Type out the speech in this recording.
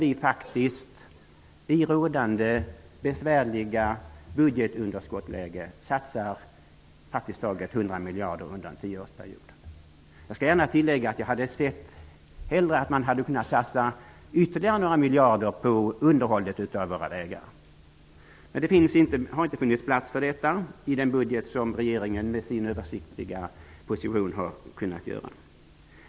I det rådande besvärliga budgetunderskottsläget beslutade vi att praktiskt taget 100 miljarder skulle satsas under en tioårsperiod. Jag skall gärna tillägga att jag hellre hade sett att man hade kunnat satsa ytterligare några miljarder på underhållet av våra vägar. Men det har inte funnits plats för detta i den budget som regeringen med sin översiktliga position har kunnat göra.